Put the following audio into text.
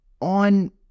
on